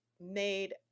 made